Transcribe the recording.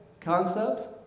concept